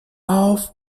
auf